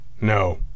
No